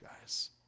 guys